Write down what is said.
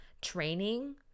training